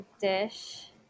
dish